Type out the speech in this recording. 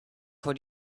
would